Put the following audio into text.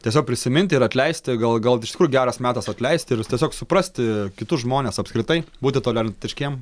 tiesiog prisiminti ir atleisti gal gal iš tikrųjų geras metas atleisti ir tiesiog suprasti kitus žmones apskritai būti tolerantiškiem